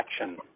action